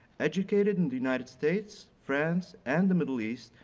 educated in the united states, france, and the middle east,